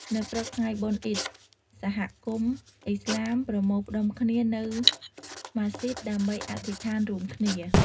នៅព្រឹកថ្ងៃបុណ្យអ៊ីឌ សហគមន៍ឥស្លាមប្រមូលផ្ដុំគ្នានៅ ម៉ាស្សីដ ដើម្បីអធិស្ឋានរួមគ្នា។